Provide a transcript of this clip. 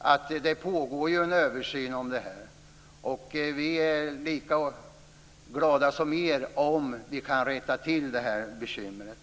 Men det pågår en översyn av detta. Vi är lika glada som ni om vi kan rätta till det här bekymret.